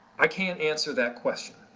i can't answer that question.